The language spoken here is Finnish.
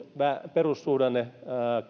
perussuhdannekehitys